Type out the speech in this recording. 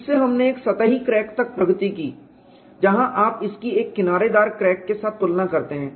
इससे हमने एक सतही क्रैक तक प्रगति की जहां आप इसकी एक किनारेदार क्रैक के साथ तुलना करते हैं